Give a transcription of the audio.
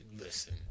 Listen